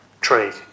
trade